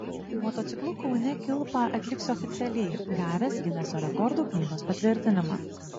motociklu kaune kilpą atliksiu oficialiai gavęs gineso rekordų knygos patvirtinimą